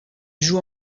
joue